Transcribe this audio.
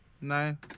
nine